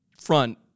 front